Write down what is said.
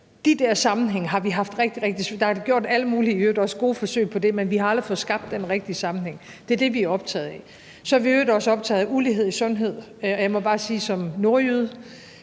andre ting, til at fungere i Danmark. Der er gjort alle mulige øvrigt også gode forsøg på det, men vi har aldrig fået skabt den rigtige sammenhæng. Det er det, vi er optaget af. Så er vi i øvrigt også optaget af ulighed i sundhed. Og jeg må bare som nordjyde